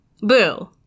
Boo